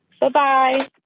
Bye-bye